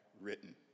written